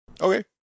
Okay